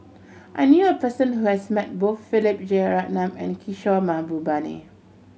I knew a person who has met both Philip Jeyaretnam and Kishore Mahbubani